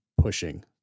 pushing